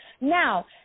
Now